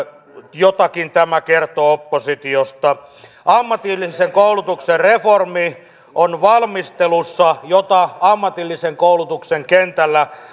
jotakin tämä kertoo oppositiosta ammatillisen koulutuksen reformi on valmistelussa jota ammatillisen koulutuksen kentällä